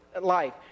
life